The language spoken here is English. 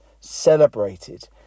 celebrated